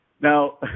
now